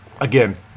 Again